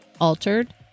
altered